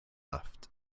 left